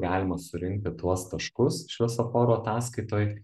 galima surinkti tuos taškus šviesoforo ataskaitoj